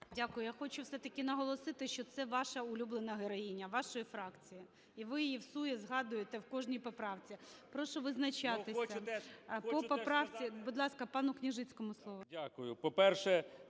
Дякую. Я хочу все-таки наголосити, що це ваша улюблена героїня, вашої фракції, і ви її всує згадуєте в кожній поправці. Прошу визначатися. Будь ласка, пану Княжицькому слово.